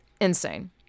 insane